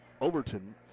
Overton